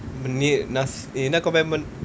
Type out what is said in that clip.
எனக்கு:enakku